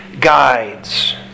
guides